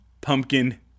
pumpkin